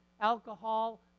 alcohol